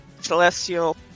Celestial